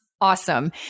awesome